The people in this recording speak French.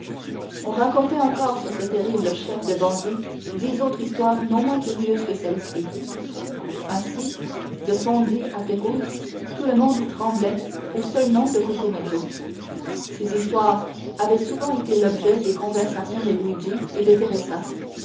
on racontait encore sur ce terrible chef de bande dix autres histoires non moins curieuses que celle-ci ainsi de fondi à pérouse tout le monde tremblait au seul nom de cucumetto ces histoires avaient souvent été l'objet des conversations de luigi et de teresa